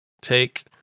take